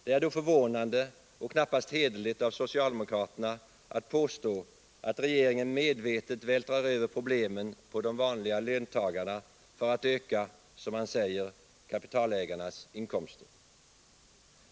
Det är då förvånande och knappast hederligt av socialdemokraterna att påstå att regeringen medvetet vältrar över problemen på de vanliga löntagarna för att öka, som man säger, kapitalägarnas inkomster.